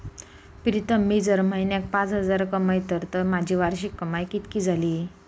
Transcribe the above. प्रीतम मी जर म्हयन्याक पाच हजार कमयतय तर माझी वार्षिक कमाय कितकी जाली?